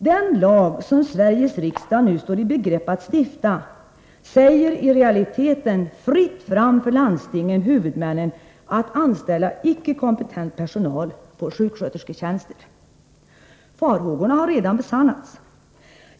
Den lag som Sveriges riksdag nu står i begrepp att stifta säger i realiteten ”fritt fram” för landstingen-huvudmännen att anställa icke kompetent personal på sjukskötersketjänster. Farhågorna har redan besannats.